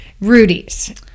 rudy's